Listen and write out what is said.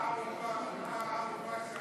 מה הערובה שאחרי